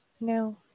no